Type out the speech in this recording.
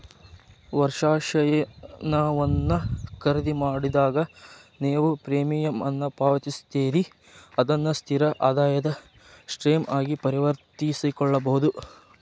ವರ್ಷಾಶನವನ್ನ ಖರೇದಿಮಾಡಿದಾಗ, ನೇವು ಪ್ರೇಮಿಯಂ ಅನ್ನ ಪಾವತಿಸ್ತೇರಿ ಅದನ್ನ ಸ್ಥಿರ ಆದಾಯದ ಸ್ಟ್ರೇಮ್ ಆಗಿ ಪರಿವರ್ತಿಸಕೊಳ್ಬಹುದು